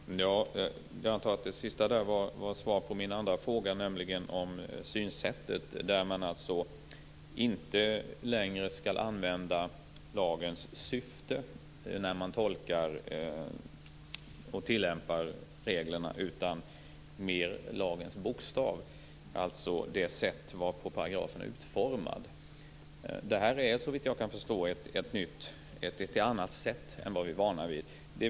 Herr talman! Jag antar att det sista var svar på min andra fråga, nämligen om synsättet att man inte längre skall utgå från lagens syfte när man tolkar och tillämpar reglerna utan mer från lagens bokstav, dvs. det sätt som paragrafen är utformad på. Såvitt jag kan förstå är detta ett litet annat sätt än vad vi är vana vid.